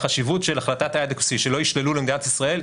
והחשיבות של החלטת adequacy שלא יישללו למדינת ישראל,